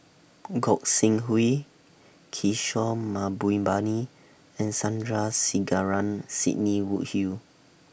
Gog Sing Hooi Kishore Mahbubani and Sandrasegaran Sidney Woodhull